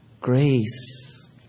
Grace